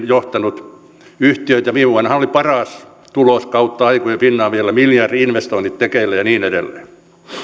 johtanut yhtiötä ja viime vuonnahan oli paras tulos kautta aikojen finavialla miljardi investoinnit tekeillä ja niin edelleen